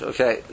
Okay